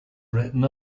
written